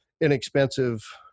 inexpensive